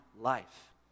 life